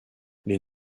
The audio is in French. les